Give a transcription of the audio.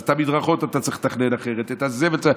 אז את המדרכות אתה צריך לתכנן אחרת, את הזבל צריך.